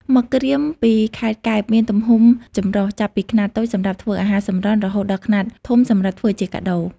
មឹកក្រៀមពីខេត្តកែបមានទំហំចម្រុះ ចាប់ពីខ្នាតតូចសម្រាប់ធ្វើអាហារសម្រន់ រហូតដល់ខ្នាតធំសម្រាប់ធ្វើជាកាដូ។